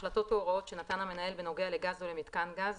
החלטות או הוראות שנתן המנהל בנוגע לגז או למיתקן גז,